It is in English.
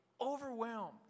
overwhelmed